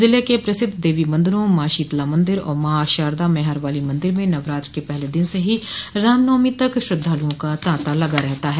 जिले के प्रसिद्ध देवी मंदिरों माँ शीतला मंदिर और माँ शारदा मेहर वाली मंदिर में नवरात्र के पहले दिन से ही राम नवमी तक श्रद्धालुओं का ताता लगा रहता है